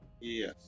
Yes